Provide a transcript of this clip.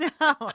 No